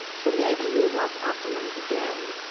so maybe you would want to optimize, again,